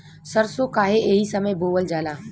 सरसो काहे एही समय बोवल जाला?